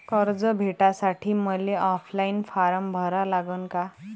कर्ज भेटासाठी मले ऑफलाईन फारम भरा लागन का?